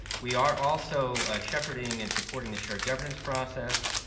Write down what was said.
we are also ah shepherding and supporting a shared governance process.